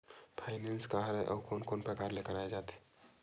Finance का हरय आऊ कोन कोन प्रकार ले कराये जाथे?